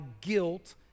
guilt